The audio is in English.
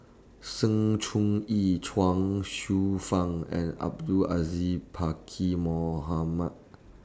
Sng Choon Yee Chuang Hsueh Fang and Abdul Aziz Pakkeer Mohamed